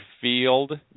field